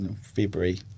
February